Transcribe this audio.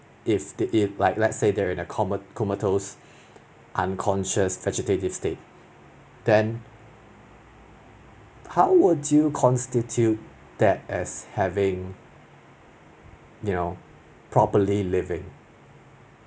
if di~ if let say they are in a com~ comatose unconscious figurative state then how would you constitute that as having you know properly living